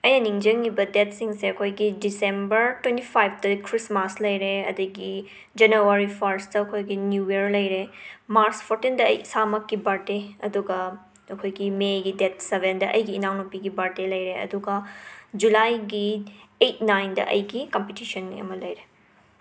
ꯑꯩꯅ ꯅꯤꯡꯁꯤꯡꯉꯤꯕ ꯗꯦꯠꯁꯤꯡꯁꯤ ꯑꯩꯈꯣꯏꯒꯤ ꯗꯤꯁꯦꯝꯕꯔ ꯇꯣꯏꯟꯇꯤ ꯐꯥꯏꯞꯇ ꯈ꯭ꯔꯤꯁꯃꯥꯁ ꯂꯩꯔꯦ ꯑꯗꯒꯤ ꯖꯅꯋꯥꯔꯤ ꯐꯥꯔꯁꯠꯇ ꯑꯩꯈꯣꯏꯒꯤ ꯅ꯭ꯌꯨ ꯋ꯭ꯌꯔ ꯂꯩꯔꯦ ꯃꯥꯔꯁ ꯐꯣꯔꯇꯤꯟꯗ ꯑꯩ ꯏꯁꯥꯃꯛꯀꯤ ꯕꯥꯔꯠꯗꯦ ꯑꯗꯨꯒ ꯑꯩꯈꯣꯏꯒꯤ ꯃꯦꯒꯤ ꯗꯦꯠ ꯁꯕꯦꯟꯗ ꯑꯩꯒꯤ ꯏꯅꯥꯎ ꯅꯨꯄꯤꯒꯤ ꯕꯥꯔꯠꯗꯦ ꯂꯩꯔꯦ ꯑꯗꯨꯒ ꯖꯨꯂꯥꯏꯒꯤ ꯑꯩꯠ ꯅꯥꯏꯟꯗ ꯑꯩꯒꯤ ꯀꯝꯄꯤꯇꯤꯁꯟꯅꯦ ꯑꯃ ꯂꯩꯔꯦ